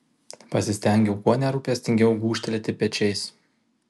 pasistengiau kuo nerūpestingiau gūžtelėti pečiais